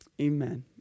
Amen